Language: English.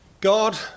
God